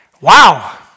Wow